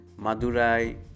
Madurai